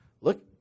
Look